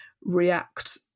react